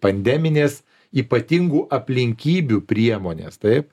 pandeminės ypatingų aplinkybių priemonės taip